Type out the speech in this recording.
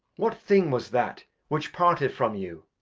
what thing was that which parted from you?